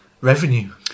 revenue